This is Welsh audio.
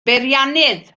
beiriannydd